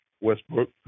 Westbrook